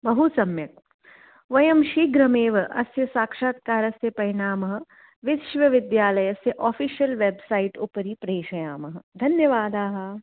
बहुसम्यक् वयं शीघ्रमेव अस्य साक्षात्कारस्य परिणामः विश्वविद्यालयस्य अफ़िशियल् वेब्सैट् उपरि प्रेषयामः धन्यवादाः